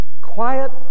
quiet